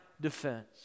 defense